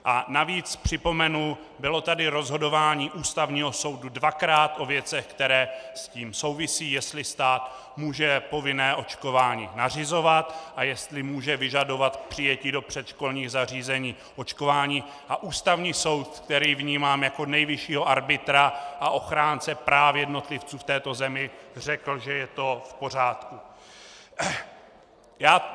A navíc připomenu, bylo tady rozhodování Ústavního soudu dvakrát o věcech, které s tím souvisí, jestli stát může povinné očkování nařizovat a jestli může vyžadovat k přijetí do předškolních zařízení očkování, a Ústavní soud, který vnímám jako nejvyššího arbitra a ochránce práv jednotlivců v této zemi, řekl, že je to v pořádku.